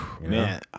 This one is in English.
man